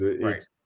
Right